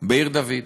בעיר-דוד,